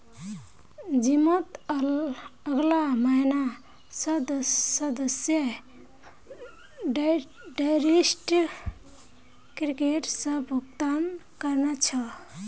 जिमत अगला महीना स सदस्यक डायरेक्ट क्रेडिट स भुक्तान करना छ